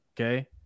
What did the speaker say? okay